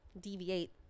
deviate